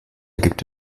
gibt